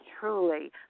truly